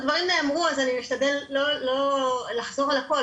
הדברים נאמרו אז אני משתדלת לא לחזור על הכל.